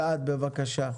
אלעד, בבקשה.